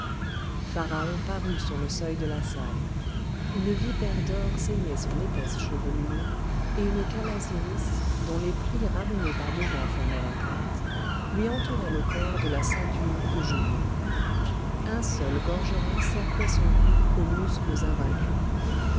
parut sur le seuil de la salle une vipère d'or ceignait son épaisse chevelure et une calasiris dont les plis ramenés par-devant formaient la pointe lui entourait le corps de la ceinture aux genoux un seul gorgerin cerclait son cou aux muscles invaincus